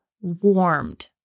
warmed